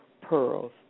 pearls